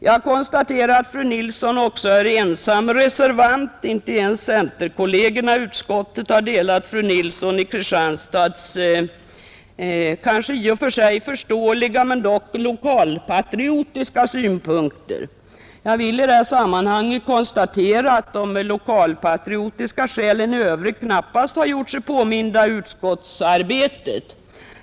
Jag konstaterar att fru Nilsson i Kristianstad också är ensam reservant — inte ens centerkollegerna i utskottet har delat fru Nilssons kanske i och för sig förståeliga men dock lokalpatriotiska synpunkter. Jag vill i detta sammanhang konstatera att de lokalpatriotiska skälen i övrigt knappast har gjort sig påminda i utskottsarbetet.